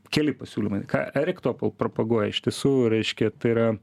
keli pasiūlymai ką erik topol propaguoja iš tiesų reiškia tai yra